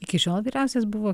iki šiol vyriausias buvo